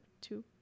two